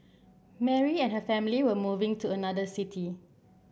Mary and her family were moving to another city